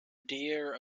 dear